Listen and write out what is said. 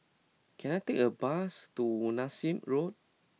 can I take a bus to Nassim Road